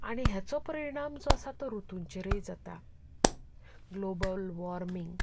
आनी हाचो परिणाम जो आसा तो रुतूंचेरूय जाता ग्लोबल वॉर्मिंग